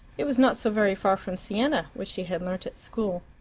it was not so very far from siena, which she had learnt at school.